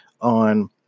on